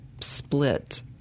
split